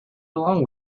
along